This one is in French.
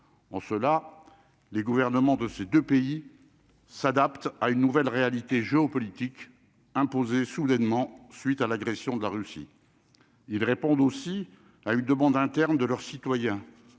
en cela, les gouvernements de ces 2 pays s'adapte à une nouvelle réalité géopolitique soudainement suite à l'agression de la Russie, ils répondent aussi à une demande interne de leurs citoyens